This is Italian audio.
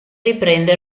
riprende